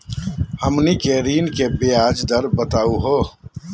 हमनी के ऋण के ब्याज दर बताहु हो?